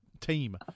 team